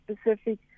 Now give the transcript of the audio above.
specific